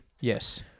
Yes